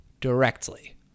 directly